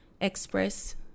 express